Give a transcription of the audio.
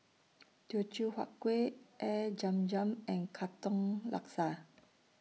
Teochew Huat Kueh Air Zam Zam and Katong Laksa